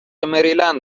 مریلند